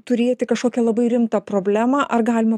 turėti kažkokią labai rimtą problemą ar galima